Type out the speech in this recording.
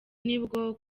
nibwo